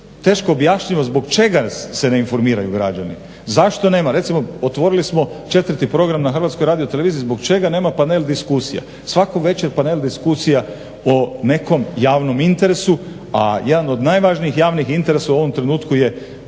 teško objašnjivo zbog čega se ne informiraju građani, zašto nema. Recimo, otvorili smo četvrti program na Hrvatskoj radioteleviziji. Zbog čega nema panel diskusija? Svaku večer panel diskusija o nekom javnom interesu, a jedan od najvažnijih javnih interesa u ovom trenutku je